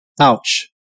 Ouch